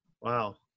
Wow